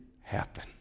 happen